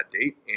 date